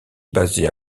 basé